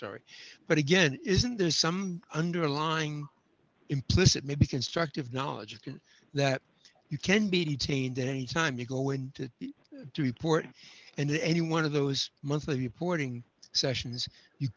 sorry but again isn't there some underlying implicit maybe constructive knowledge of can that you can be detained any time you go into the report and any one of those monthly reporting sessions you